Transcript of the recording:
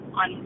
on